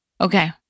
Okay